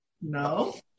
No